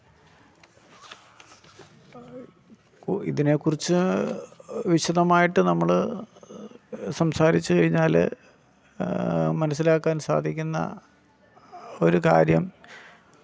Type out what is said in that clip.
ഇതിനെക്കുറിച്ച് വിശദമായിട്ട് നമ്മൾ സംസാരിച്ച് കഴിഞ്ഞാൽ മനസ്സിലാക്കാൻ സാധിക്കുന്ന ഒരു കാര്യം